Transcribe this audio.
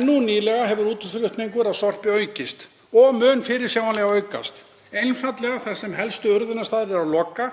en nýlega hefur útflutningur á sorpi aukist og mun fyrirsjáanlega aukast, einfaldlega vegna þess að helstu urðunarstaðir eru að loka.